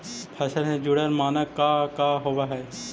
फसल से जुड़ल मानक का का होव हइ?